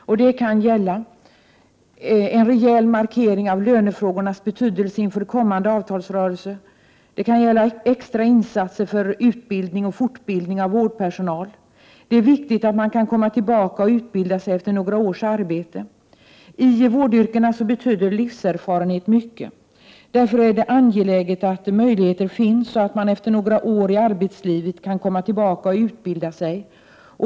Det kan gälla en rejäl markering av lönefrågornas betydelse inför kommande avtalsrörelse. Det kan också gälla extra insatser för utbildning och fortbildning av vårdpersonal. Det är viktigt att man kan komma tillbaka och utbilda sig efter några års arbete. I vårdyrkena betyder livserfarenhet mycket. Det är därför angeläget att dessa möjligheter finns.